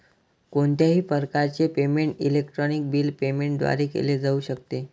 कोणत्याही प्रकारचे payment electronic bill payment द्वारे केले जाऊ शकते